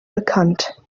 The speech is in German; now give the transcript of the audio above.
bekannt